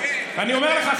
אני אומר לך,